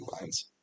lines